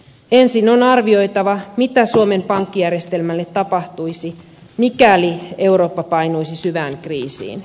ensin on arvioitava mitä suomen pankkijärjestelmälle tapahtuisi mikäli eurooppa painuisi syvään kriisiin